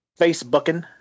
Facebooking